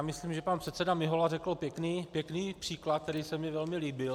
Myslím, že pan předseda Mihola řekl pěkný příklad, který se mi velmi líbil.